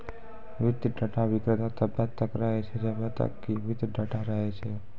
वित्तीय डेटा विक्रेता तब्बे तक रहै छै जब्बे तक कि वित्तीय डेटा रहै छै